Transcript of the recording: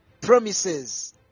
promises